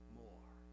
more